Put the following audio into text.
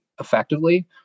effectively